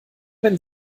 wenn